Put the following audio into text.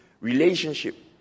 relationship